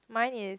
mine is